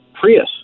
Prius